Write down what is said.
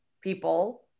people